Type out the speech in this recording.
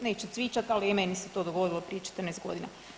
Neću cvičat, ali i meni se to dogodilo prije 14 godina.